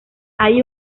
hay